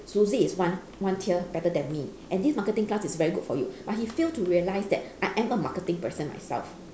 suzy is one one tier better than me and this marketing class is very good for you but he fail to realise that I am a marketing person myself